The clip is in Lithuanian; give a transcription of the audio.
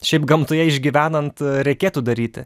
šiaip gamtoje išgyvenant reikėtų daryti